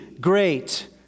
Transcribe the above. great